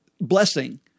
blessing